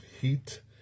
heat